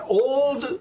old